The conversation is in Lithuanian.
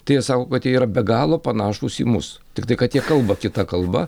tai jie sako kad jie yra be galo panašūs į mus tiktai kad jie kalba kita kalba